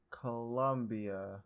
Colombia